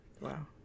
Wow